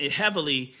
heavily